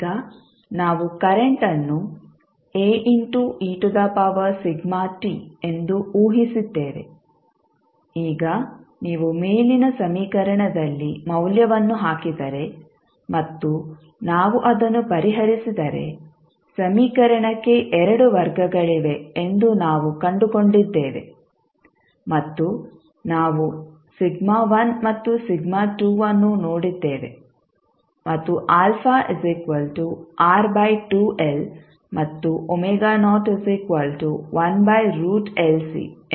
ಈಗ ನಾವು ಕರೆಂಟ್ಅನ್ನು ಎಂದು ಊಹಿಸಿದ್ದೇವೆ ಈಗ ನೀವು ಮೇಲಿನ ಸಮೀಕರಣದಲ್ಲಿ ಮೌಲ್ಯವನ್ನು ಹಾಕಿದರೆ ಮತ್ತು ನಾವು ಅದನ್ನು ಪರಿಹರಿಸಿದರೆ ಸಮೀಕರಣಕ್ಕೆ 2 ವರ್ಗಗಳಿವೆ ಎಂದು ನಾವು ಕಂಡುಕೊಂಡಿದ್ದೇವೆ ಮತ್ತು ನಾವು ಮತ್ತು ಅನ್ನು ನೋಡಿದ್ದೇವೆ ಮತ್ತು α ಮತ್ತು ಎಂದು ನಾವು ಊಹಿಸಿದ್ದೇವೆ